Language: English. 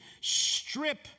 strip